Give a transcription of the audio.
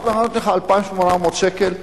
נותנים לך 2,800 שקל,